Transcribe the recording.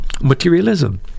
materialism